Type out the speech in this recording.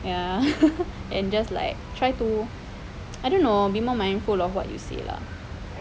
ya and just like try to I don't know be more mindful of what you say lah